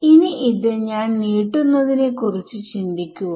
ഇനി ഇത് ഞാൻ നീട്ടുന്നതിനെ കുറിച്ച് ചിന്തിക്കുക